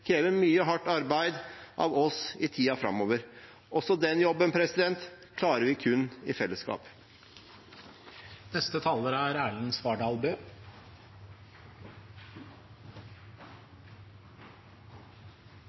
krever mye hardt arbeid av oss i tiden framover. Også den jobben klarer vi kun i